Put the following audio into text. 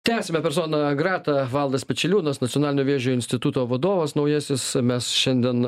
tęsiame personą gratą valdas pečeliūnas nacionalinio vėžio instituto vadovas naujasis mes šiandien